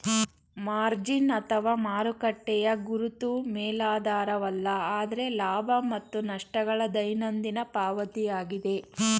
margin ಅಥವಾ ಮಾರುಕಟ್ಟೆಯ ಗುರುತು ಮೇಲಾಧಾರವಲ್ಲ ಆದ್ರೆ ಲಾಭ ಮತ್ತು ನಷ್ಟ ಗಳ ದೈನಂದಿನ ಪಾವತಿಯಾಗಿದೆ